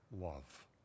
love